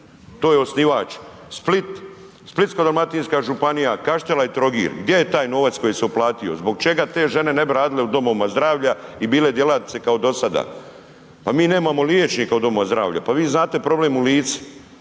To je osnivač Split, Splitsko-dalmatinska županija, Kaštela i Trogir. Gdje je taj novac koji se uplatio? Zbog čega te žene ne bi radile u domovina zdravlja i bile djelatnice kao do sada. Pa mi nemamo liječnika u domu zdravlja. Pa vi znate problem u Lici,